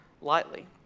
lightly